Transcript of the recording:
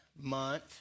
Month